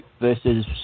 versus